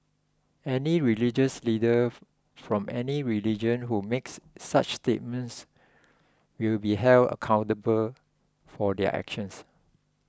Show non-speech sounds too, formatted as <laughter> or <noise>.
any religious leader <noise> from any religion who makes such statements will be held accountable for their actions